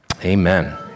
Amen